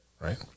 right